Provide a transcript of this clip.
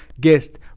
guest